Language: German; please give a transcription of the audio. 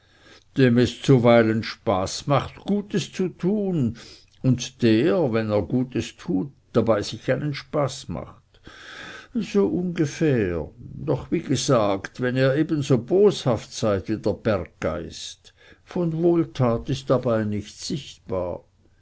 dem es zuweilen spaß macht gutes zu tun und der wenn er gutes tut dabei sich einen spaß macht so ungefähr doch wie gesagt wenn ihr ebenso boshaft seid wie der berggeist von wohltat ist dabei nichts sichtbar